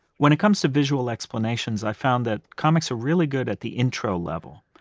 when it comes to visual explanations, i found that comics are really good at the intro level.